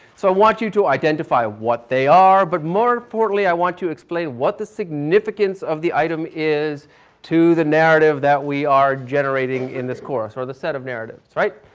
so i want you to identify what they are, but more importantly i want to explain what the significance of the item is to the narrative that we are generating in this course or the set of narratives, right.